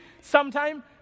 sometime